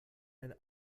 ein